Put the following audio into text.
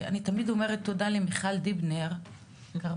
אני תמיד אומרת תודה למיכל דיבנר כרמל,